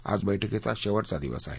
आज बैठकीचा शेवटचा दिवस आहे